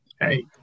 Hey